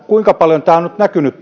kuinka paljon aktiivimalli on nyt näkynyt